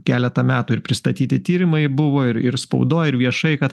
keletą metų ir pristatyti tyrimai buvo ir ir spaudoj ir viešai kad